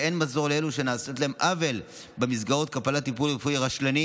ואין מזור לאלו שנעשה להם עוול במסגרת קבלת טיפול רפואי רשלני